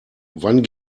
wann